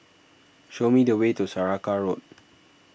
show me the way to Saraca Road